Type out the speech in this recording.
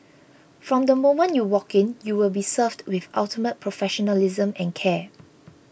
from the moment you walk in you will be served with ultimate professionalism and care